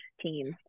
team